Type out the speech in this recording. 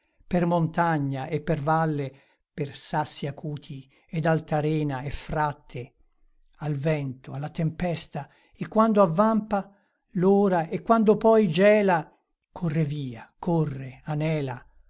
per montagna e per valle per sassi acuti ed alta rena e fratte al vento alla tempesta e quando avvampa l'ora e quando poi gela corre via corre anela